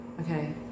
okay